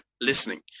listening